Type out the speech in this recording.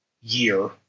year